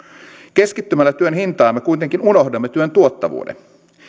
keskittymällä työn hintaan me kuitenkin unohdamme työn tuottavuuden ja